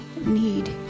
need